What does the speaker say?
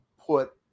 put